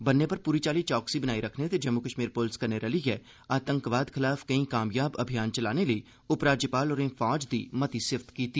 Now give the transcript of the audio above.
बन्ने उप्पर पूरी चाल्ली चौकसी बनाई रक्खने ते जम्मू कश्मीर पुलस कन्ने रलिये आतंकवाद खलाफ कंई कामयाब अमेआन चलाने लेई उप राज्यपाल होरें फौज दी मती सिफ्त कीती